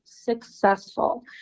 successful